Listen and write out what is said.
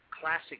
classic